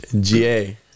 ga